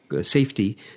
Safety